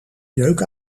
jeuk